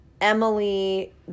Emily